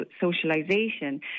socialization